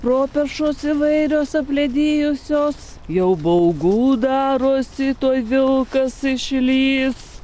properšos įvairios apledėjusios jau baugu darosi tuoj vilkas išlįs